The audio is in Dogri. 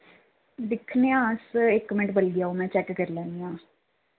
दिक्खनेआं अस इक मैंट्ट बल्गी जाओ में चेक करी लैन्नी आं